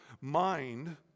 mind